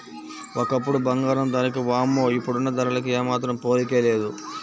ఒకప్పుడు బంగారం ధరకి వామ్మో ఇప్పుడున్న ధరలకు ఏమాత్రం పోలికే లేదు